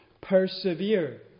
persevere